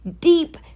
deep